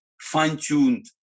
fine-tuned